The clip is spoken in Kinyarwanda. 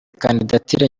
kandidatire